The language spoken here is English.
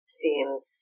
seems